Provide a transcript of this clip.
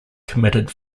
committed